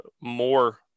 more